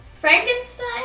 Frankenstein